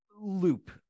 loop